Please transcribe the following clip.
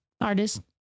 artist